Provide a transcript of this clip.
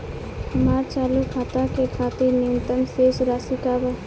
हमार चालू खाता के खातिर न्यूनतम शेष राशि का बा?